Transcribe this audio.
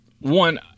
one